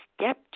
step